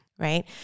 right